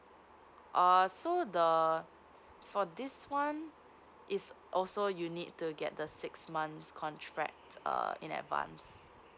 uh so the err for this one is also you need to get the six month contract uh in advance